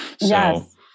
Yes